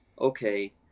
Okay